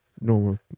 normal